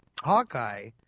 Hawkeye